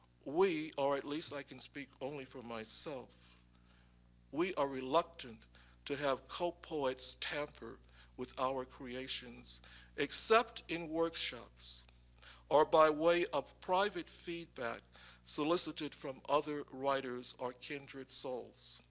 we or at least i can speak only for myself we are reluctant to have co-poets tamper with out creations except in workshops or by way of private feedback solicited from other writers or kindred souls.